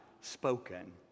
spoken